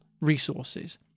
resources